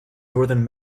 northern